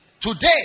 Today